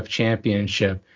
championship